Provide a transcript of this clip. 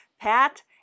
Pat